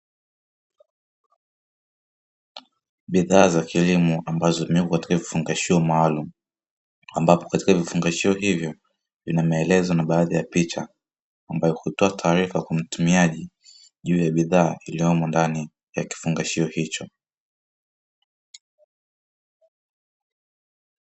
Bidhaa za kilimo ambazo zimewekwa katika vifungashio maalumu, ambapo katika vifungashio hivyo vina maelezo na baadhi ya picha, ambayo hutoa taarifa kwa mtumiaji juu ya bidhaa iliyomo ndani ya kifungashio hicho.